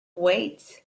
weights